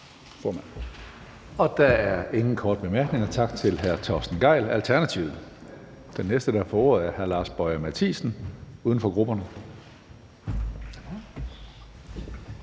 Der er ingen korte bemærkninger. Tak til hr. Torsten Gejl, Alternativet. Den næste, der får ordet, er hr. Lars Boje Mathiesen, uden for grupperne.